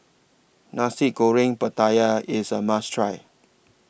Nasi Goreng Pattaya IS A must Try